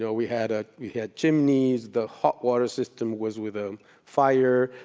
so we had ah we had chimneys, the hot water system was with um fire,